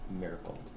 miracle